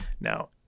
Now